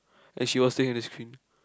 and she was staring at the screen